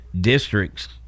districts